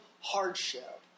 hardship